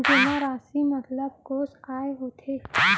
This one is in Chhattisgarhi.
जेमा राशि मतलब कोस आय होथे?